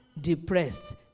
depressed